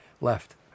left